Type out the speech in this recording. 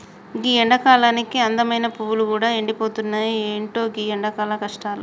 గీ ఎండకాలానికి అందమైన పువ్వులు గూడా ఎండిపోతున్నాయి, ఎంటో గీ ఎండల కష్టాలు